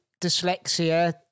dyslexia